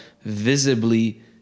visibly